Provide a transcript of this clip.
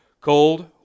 Cold